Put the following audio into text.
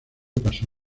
pasó